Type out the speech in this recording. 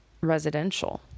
residential